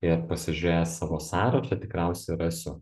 ir pasižiūrėjęs savo sąrašą tikriausiai rasiu